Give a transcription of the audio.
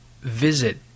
Visit